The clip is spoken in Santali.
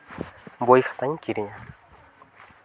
ᱵᱳᱭ ᱠᱷᱟᱛᱟᱧ ᱠᱤᱨᱤᱧᱟ